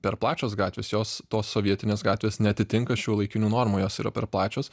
per plačios gatvės jos tos sovietinės gatvės neatitinka šiuolaikinių normų jos yra per plačios